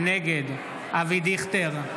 נגד אבי דיכטר,